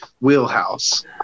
wheelhouse